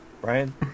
Brian